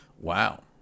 Wow